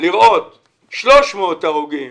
לראות 300 הרוגים